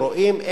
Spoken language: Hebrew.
רואים,